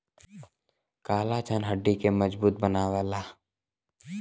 collagen हड्डी के मजबूत बनावला